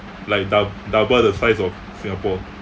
like dou~ double the size of singapore